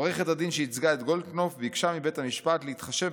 עורכת הדין שייצגה את גולדקנופ ביקשה מבית המשפט להתחשב